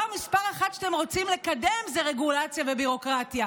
הראשון שאתם רוצים לקדם זה רגולציה וביורוקרטיה,